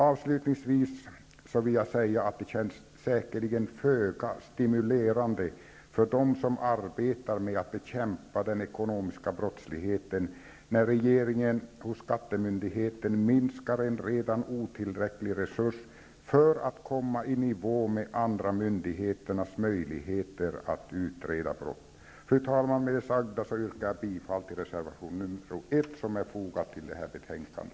Avslutningsvis vill jag säga att det säkerligen känns föga stimulerande för dem som arbetar med att bekämpa den ekonomiska brottsligheten när regeringen hos skattemyndigheten minskar en redan otillräcklig resurs för att komma i nivå med andra myndigheters möjligheter att utreda brott. Fru talman! Med det sagda yrkar jag bifall till reservation nr 1 som är fogad vid detta betänkande.